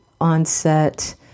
onset